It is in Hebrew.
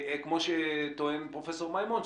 כמו שטוען פרופ' מימון,